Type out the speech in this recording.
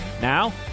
Now